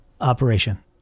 operation